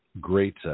Great